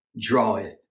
draweth